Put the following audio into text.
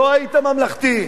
לא היית ממלכתי.